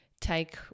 take